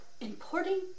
importing